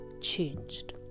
changed